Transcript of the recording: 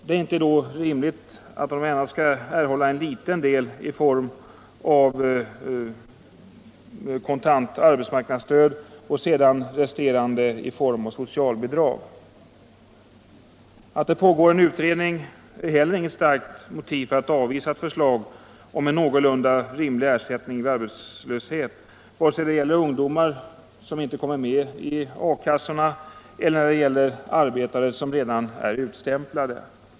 Det är då inte rimligt att de endast skall erhålla en liten del i form av kontant arbetsmarknadsstöd och sedan resterande i form av socialbidrag. Att det pågår en utredning är heller inget starkt motiv för att avvisa ett förslag om en någorlunda rimlig ersättning vid arbetslöshet, vare sig det gäller ungdomar som inte kommit med i arbetslöshetskassor eller arbetare som redan är utstämplade.